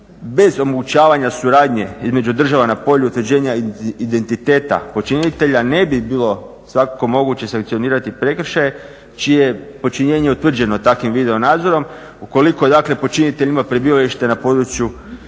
bez omogućavanja suradnje između država na polju utvrđenja identiteta počinitelja ne bi bilo svakako moguće sankcionirati prekršaj čije počinjenje je utvrđeno takvim video nadzorom ukoliko dakle počinitelj ima prebivalište na području